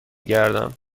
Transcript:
گردم